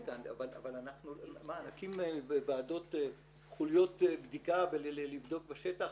נקים חוליות בדיקה לבדוק בשטח?